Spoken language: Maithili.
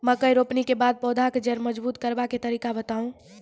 मकय रोपनी के बाद पौधाक जैर मजबूत करबा के तरीका बताऊ?